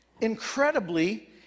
incredibly